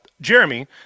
Jeremy